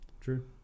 True